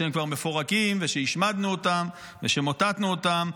שהם כבר מפורקים ושהשמדנו אותם ושמוטטנו אותם.